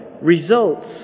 results